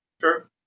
Sure